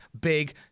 big